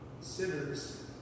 sinners